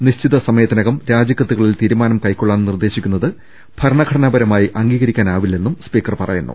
നിശ്ചിത സമയത്തിനകം രാജിക്കത്തുകളിൽ തീരുമാനം കൈക്കൊള്ളാൻ നിർദേശിക്കുന്നത് ഭരണഘടനാപരമായി അംഗീകരിക്കാനാവില്ലെന്നും സ്പീക്കർ പറയുന്നു